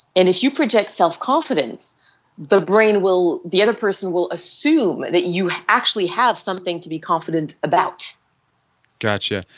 and if you project self-confidence the brain will the other person will assume that you actually have something to be confident about got you.